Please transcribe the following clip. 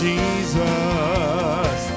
Jesus